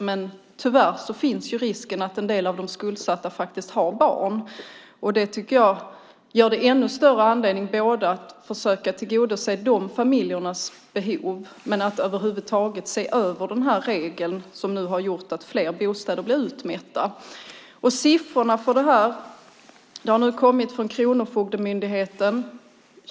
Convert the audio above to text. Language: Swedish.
Men tyvärr finns risken, eftersom en del av de skuldsatta har barn. Det tycker jag gör att det finns ännu större anledning att försöka tillgodose dessa familjers behov och att över huvud taget se över den här regeln, som nu har gjort att fler bostäder blir utmätta. Siffrorna för det här har nu kommit från Kronofogdemyndigheten.